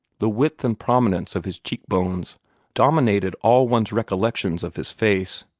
the width and prominence of his cheek-bones dominated all one's recollections of his face.